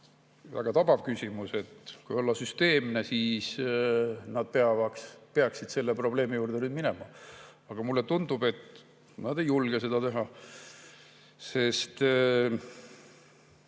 väga tabav küsimus. Kui olla süsteemne, siis nad peaksid selle probleemi juurde nüüd minema. Aga mulle tundub, et nad ei julge seda teha.